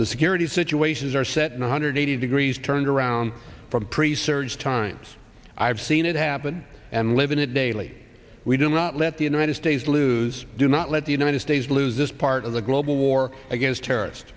the security situations are set one hundred eighty degrees turned around from pre service times i've seen it happen and live in a daily we do not let the united states lose do not let the united states lose this part of the global war against terrorist